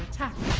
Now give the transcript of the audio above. ten